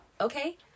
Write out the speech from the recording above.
okay